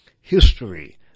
history